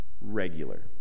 regular